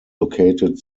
located